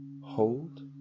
Hold